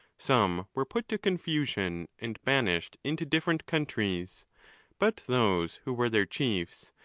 some were put to confusion and banished into different countries but those who were their chiefs,